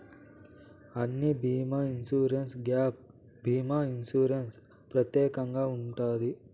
అన్ని బీమా ఇన్సూరెన్స్లో గ్యాప్ భీమా ఇన్సూరెన్స్ ప్రత్యేకంగా ఉంటది